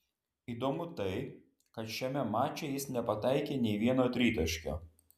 įdomu tai kad šiame mače jis nepataikė nei vieno tritaškio